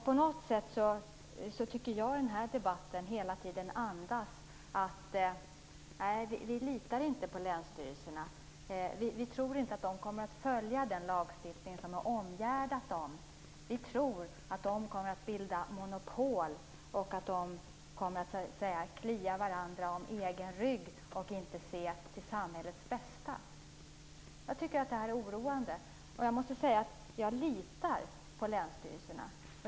På något sätt andas den här debatten att vi inte litar på länsstyrelserna, att vi inte tror att de kommer att följa den lagstiftning som har omgärdat dem. Vi tror att de kommer att bilda monopol och att de kommer att klia varandra på ryggen och inte se till samhällets bästa. Jag tycker att det är oroande. Jag litar på länsstyrelserna.